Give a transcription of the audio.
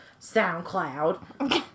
SoundCloud